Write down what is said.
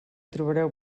trobareu